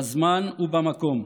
בזמן ובמקום,